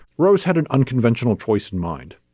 rose had an unconventional choice in mind,